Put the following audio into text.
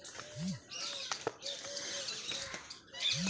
क्या आपको मालूम है कि अधिकांश दूध देने वाली मशीनें बिजली से संचालित होती हैं?